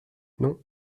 non